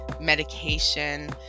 medication